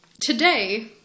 Today